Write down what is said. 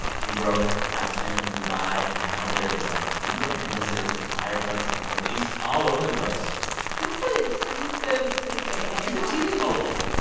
he wrote, i just landed from dubai. and now there is, like, tons of ambulances and fire trucks and police all over the place that's an expensive ticket it is he's a tv mogul.